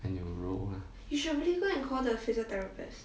and you roll lah